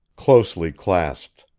closely clasped.